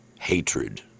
hatred